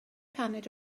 paned